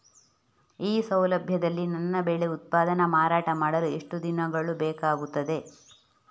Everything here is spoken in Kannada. ಈ ಸೌಲಭ್ಯದಲ್ಲಿ ನನ್ನ ಬೆಳೆ ಉತ್ಪನ್ನ ಮಾರಾಟ ಮಾಡಲು ಎಷ್ಟು ದಿನಗಳು ಬೇಕಾಗುತ್ತದೆ?